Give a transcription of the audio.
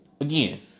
Again